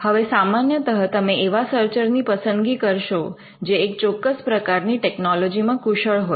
હવે સામાન્યતઃ તમે એવા સર્ચર ની પસંદગી કરશો જે એક ચોક્કસ પ્રકારની ટેકનોલોજી માં કુશળ હોય